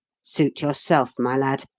suit yourself, my lad.